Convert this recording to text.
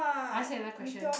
I say another question